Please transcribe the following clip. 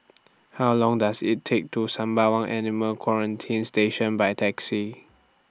How Long Does IT Take to Sembawang Animal Quarantine Station By Taxi